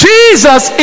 Jesus